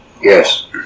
Yes